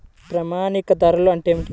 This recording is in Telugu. ప్రామాణిక ధరలు అంటే ఏమిటీ?